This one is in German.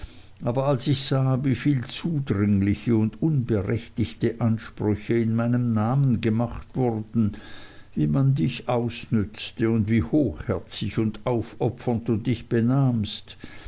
aber als ich sah wieviel zudringliche und unberechtigte ansprüche in meinem namen gemacht wurden wie man dich ausnützte und wie hochherzig und aufopfernd du dich benahmst